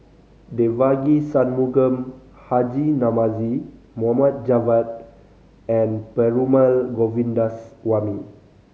Devagi Sanmugam Haji Namazie Mohd Javad and Perumal Govindaswamy